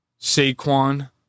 Saquon